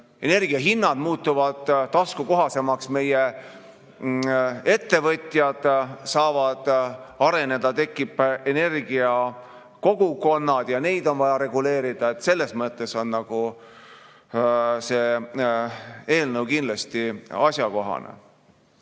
energiahinnad muutuvad taskukohasemaks, meie ettevõtjad saavad areneda, tekivad energiakogukonnad ja neid on vaja reguleerida, selles mõttes on see eelnõu kindlasti asjakohane.